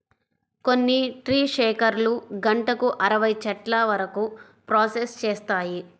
కొన్ని ట్రీ షేకర్లు గంటకు అరవై చెట్ల వరకు ప్రాసెస్ చేస్తాయి